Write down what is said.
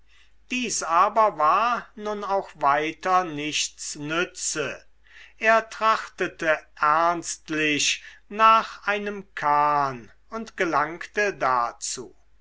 dies aber war nun auch weiter nichts nütze er trachtete ernstlich nach einem kahn und gelangte dazu